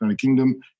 Kingdom